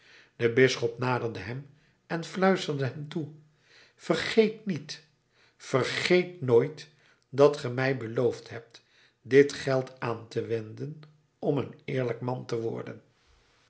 de bisschop naderde hem en fluisterde hem toe vergeet niet vergeet nooit dat ge mij beloofd hebt dit geld aan te wenden om een eerlijk man te worden